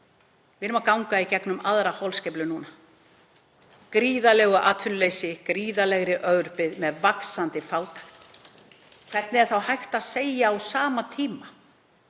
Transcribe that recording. Við erum að ganga í gegnum aðra holskeflu núna, gríðarlegt atvinnuleysi, gríðarlega örbirgð, með vaxandi fátækt. Hvernig er þá hægt að segja á sama tíma